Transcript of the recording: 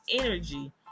energy